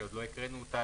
שעוד לא הקראנו אותה,